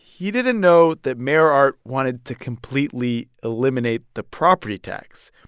he didn't know that mayor art wanted to completely eliminate the property tax.